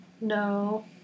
No